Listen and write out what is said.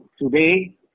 today